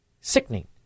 Sickening